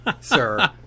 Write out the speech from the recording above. sir